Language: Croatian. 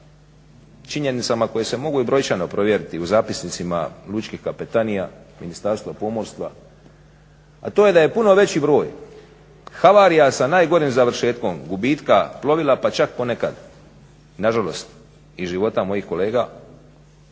činjenicama koje se mogu i brojčano provjeriti u zapisnicima lučkih kapetanija Ministarstva pomorstva, a to je da je puno veći broj havarija sa najgorim završetkom, gubitka plovila pa čak ponekad nažalost i života mojih kolega,